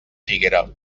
figuera